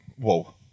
whoa